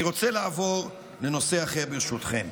אני רוצה לעבור לנושא אחר, ברשותכם,